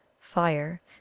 fire